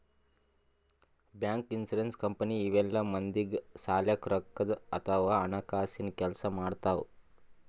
bank, insurance company ಇವೆಲ್ಲ ಮಂದಿಗ್ ಸಲ್ಯಾಕ್ ರೊಕ್ಕದ್ ಅಥವಾ ಹಣಕಾಸಿನ್ ಕೆಲ್ಸ್ ಮಾಡ್ತವ್